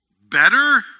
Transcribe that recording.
better